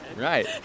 right